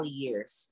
years